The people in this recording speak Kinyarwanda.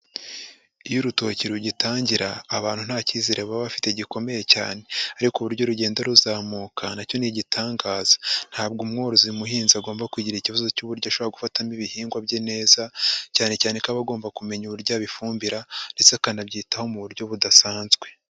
Iyo urutoki rugitangira abantu nta cyizere baba bafite gikomeye cyane ariko uburyo rugenda ruzamuka na cyo ni igitangaza, ntabwo umworozi muhinzi agomba kugira ikibazo cy'uburyo ashobora gufatamo ibihingwa bye neza cyane cyane ko aba agomba kumenya uburyo abifumbira ndetse akanabyitaho mu buryo budasanzwe.